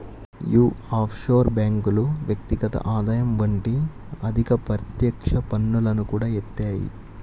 యీ ఆఫ్షోర్ బ్యేంకులు వ్యక్తిగత ఆదాయం వంటి అధిక ప్రత్యక్ష పన్నులను కూడా యేత్తాయి